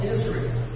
Israel